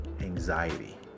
anxiety